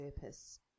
purpose